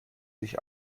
sich